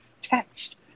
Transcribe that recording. text